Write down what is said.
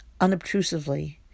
unobtrusively